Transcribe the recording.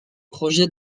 projet